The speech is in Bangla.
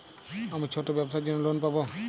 আমি ছোট ব্যবসার জন্য লোন পাব?